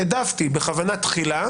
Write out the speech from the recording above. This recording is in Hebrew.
העדפתי בכוונת תחילה,